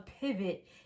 pivot